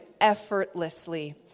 effortlessly